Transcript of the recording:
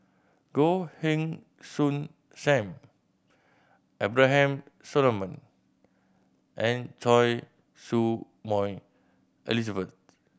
Goh Heng Soon Sam Abraham Solomon and Choy Su Moi Elizabeth